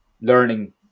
learning